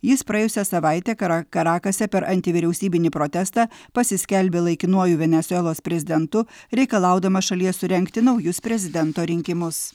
jis praėjusią savaitę kara karakase per antivyriausybinį protestą pasiskelbė laikinuoju venesuelos prezidentu reikalaudamas šalyje surengti naujus prezidento rinkimus